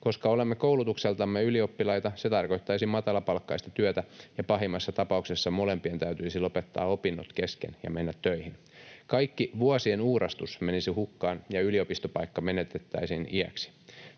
Koska olemme koulutukseltamme ylioppilaita, se tarkoittaisi matalapalkkaista työtä, ja pahimmassa tapauksessa molempien täytyisi lopettaa opinnot kesken ja mennä töihin. Kaikki vuosien uurastus menisi hukkaan, ja yliopistopaikka menetettäisiin iäksi.